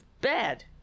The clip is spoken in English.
bad